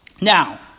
Now